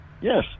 Yes